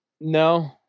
No